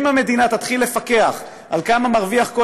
אם המדינה תתחיל לפקח על כמה מרוויח כל